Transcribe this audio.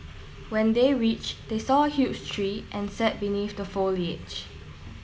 when they reach they saw huge tree and set beneath the foliage